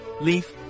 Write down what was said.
leaf